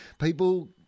people